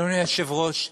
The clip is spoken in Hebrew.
אדוני היושב-ראש,